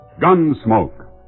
Gunsmoke